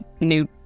new